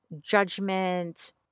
judgment